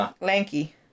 lanky